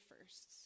firsts